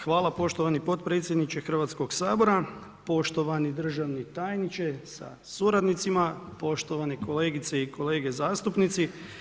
Hvala poštovani potpredsjedniče Hrvatskog sabora, poštovani državni tajniče sa suradnicima, poštovane kolegice i kolege zastupnici.